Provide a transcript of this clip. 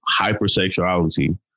hypersexuality